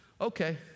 Okay